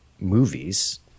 movies